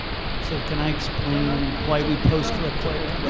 so can i explain um why we post real quick?